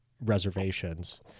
reservations